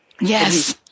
Yes